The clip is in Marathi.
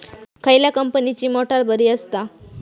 खयल्या कंपनीची मोटार बरी असता?